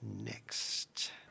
next